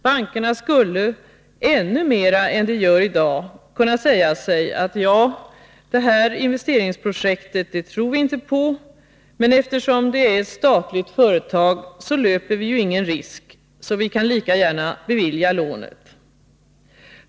Bankerna skulle, ännu mera än de gör i dag, kunna säga sig: Det här investeringsprojektet tror vi inte på, men eftersom det är ett statligt företag, så löper vi ju ingen risk, och då kan vi lika gärna bevilja lånet.